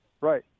Right